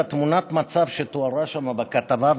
תמונת המצב שתוארה שם בכתבה,